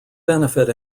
benefit